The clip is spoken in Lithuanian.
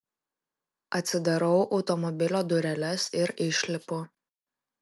atsidarau automobilio dureles ir išlipu